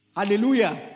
Hallelujah